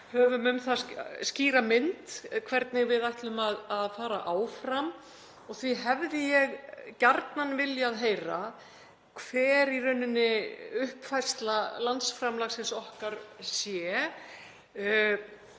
höfum skýra mynd um það hvernig við ætlum að fara áfram og því hefði ég gjarnan viljað heyra hver í rauninni uppfærsla landsframlagsins okkar sé.